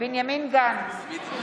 בנימין גנץ, אינו נוכח משה